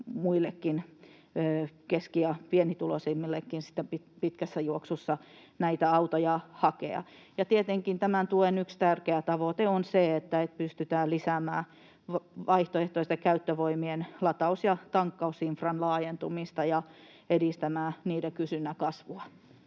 muillekin, keski- ja pienituloisemmillekin, pitkässä juoksussa näitä autoja hakea. Tietenkin tämän tuen yksi tärkeä tavoite on se, että pystytään lisäämään vaihtoehtoisten käyttövoimien lataus- ja tankkausinfran laajentumista ja edistämään niiden kysynnän kasvua.